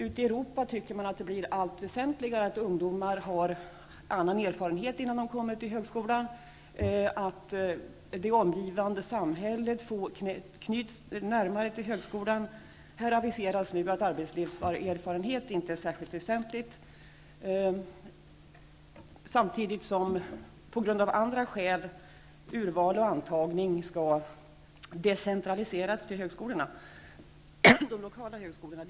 Ute i Europa tycker man att det blir allt väsentligare att ungdomar har annan erfarenhet innan de kommer till högskolan och att det omgivande samhället knyts närmare högskolan. Här aviseras nu att arbetslivserfarenhet inte är särskilt väsentligt, samtidigt som urval och antagning av andra skäl skall decentraliseras till de lokala högskolorna.